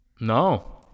no